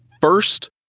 first